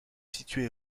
situé